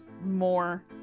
more